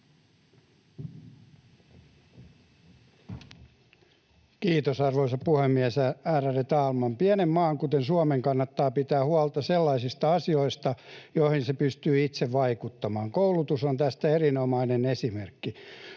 Kiitos, arvoisa puhemies, ärade talman! Pienen maan, kuten Suomen, kannattaa pitää huolta sellaisista asioista, joihin se pystyy itse vaikuttamaan. Koulutus on tästä erinomainen esimerkki.